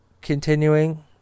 Continuing